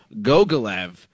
Gogolev